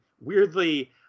weirdly